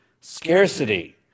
scarcity